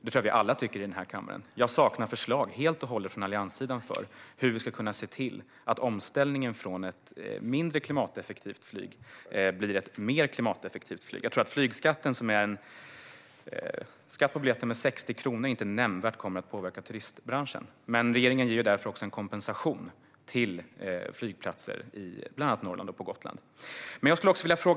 Det tror jag att vi alla i den här kammaren tycker, men jag saknar förslag helt och hållet från allianssidan på hur vi ska kunna få omställningen från ett mindre klimateffektivt flyg till ett mer klimateffektivt flyg till stånd. Jag tror att flygskatten, som är en skatt på biljetten med 60 kronor, inte nämnvärt kommer att påverka turistbranschen, men regeringen ger en kompensation till flygplatser i bland annat Norrland och på Gotland.